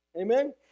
Amen